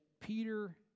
Peter